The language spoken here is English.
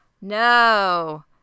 no